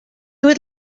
would